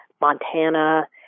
Montana